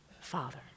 Father